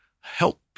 help